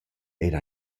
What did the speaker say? eir